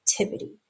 activity